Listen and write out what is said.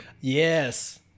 Yes